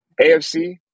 AFC